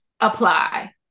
apply